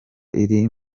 iri